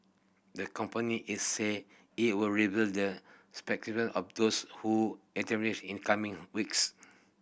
the company is say it would reveal the specific of those who in coming weeks